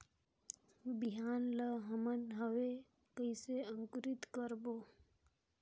बिहान ला हमन हवे कइसे अंकुरित करबो?